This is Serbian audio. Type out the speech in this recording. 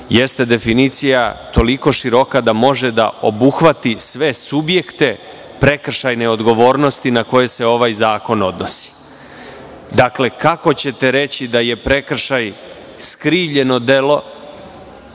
jeste definicija toliko široka da može da obuhvati sve subjekte prekršajne odgovornosti na koje se ovaj zakon odnosi. Dakle, kako ćete reći da je prekršaj skrivljeno delo